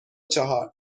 چهار